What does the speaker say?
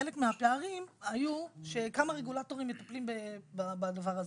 חלק מהפערים היו שכמה רגולטורים מטפלים בדבר הזה.